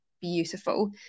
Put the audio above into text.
beautiful